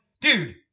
Dude